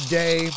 day